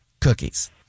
cookies